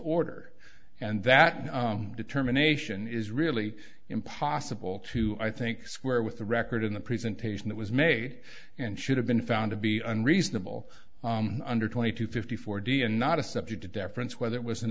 order and that determination is really impossible to i think square with the record in the presentation that was made and should have been found to be unreasonable under twenty to fifty four d and not a subject of deference whether it was an